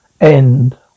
End